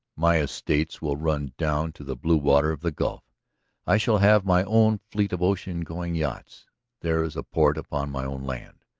my estates will run down to the blue water of the gulf i shall have my own fleet of ocean-going yachts there is a port upon my own land.